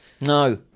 No